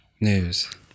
news